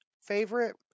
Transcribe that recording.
favorite